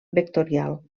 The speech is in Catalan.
vectorial